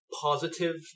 positive